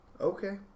Okay